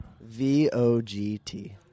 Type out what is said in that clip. V-O-G-T